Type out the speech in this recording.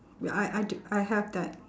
wait I I d~ I have that